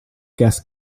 guest